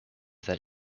that